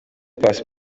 paccy